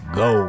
go